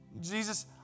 Jesus